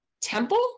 Temple